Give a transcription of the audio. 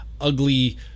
ugly